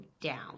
down